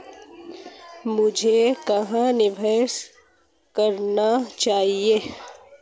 मुझे कहां निवेश करना चाहिए?